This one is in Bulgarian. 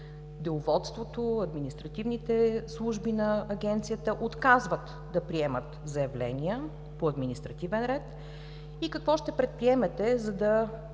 Деловодството, административните служби на Агенцията отказват да приемат заявления по административен ред, и какво ще предприемете, за да